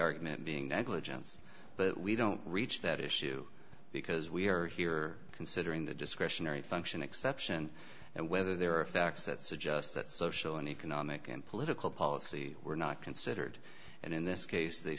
argument being negligence but we don't reach that issue because we are here considering the discretionary function exception and whether there are facts that suggest that social and economic and political policy were not considered and in this case they